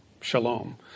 shalom